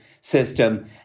system